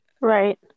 Right